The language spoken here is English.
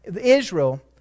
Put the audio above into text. Israel